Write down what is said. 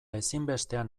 ezinbestean